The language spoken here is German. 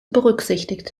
berücksichtigt